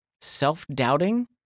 self-doubting